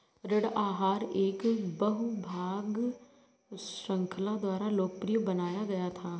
ऋण आहार एक बहु भाग श्रृंखला द्वारा लोकप्रिय बनाया गया था